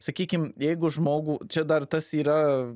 sakykim jeigu žmogų čia dar tas yra